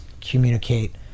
communicate